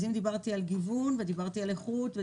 אז אם דיברתי על גיוון ודיברתי על איכות,